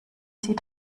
sie